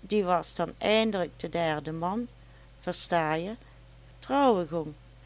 die was dan eindelijk de derde man verstaje trouwen gong